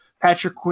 Patrick